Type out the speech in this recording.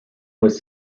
was